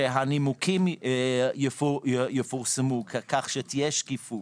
שהנימוקים יפורסמו כך שתהיה שקיפות.